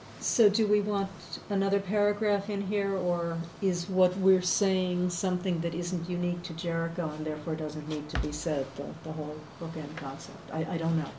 so do we want another paragraph in here or is what we're saying something that isn't unique to jericho and therefore doesn't need to be said to the whole concept i don't know